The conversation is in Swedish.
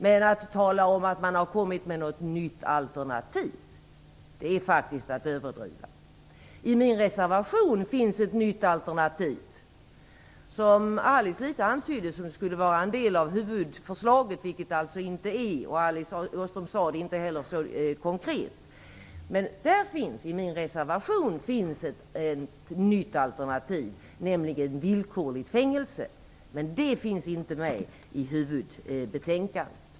Men att tala om att man har kommit med något nytt alternativ, det är faktiskt att överdriva. I min reservation finns ett nytt alternativ. Alice Åström antydde att det skulle vara en del av huvudförslaget, vilket det alltså inte är. Alice Åström sade det inte heller så konkret. Men i min reservation finns ett nytt alternativ, nämligen villkorligt fängelse. Men det finns inte med i huvudbetänkandet.